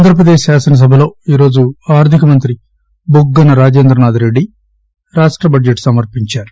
ఆంధ్రప్రదేశ్ శాసనసభలో ఈరోజు ఆర్టికమంత్రి బుగ్గన రాజేంద్రనాథ్ రెడ్డి రాష్ట బడ్టెట్ సమర్పించారు